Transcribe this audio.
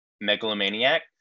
megalomaniac